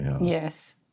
yes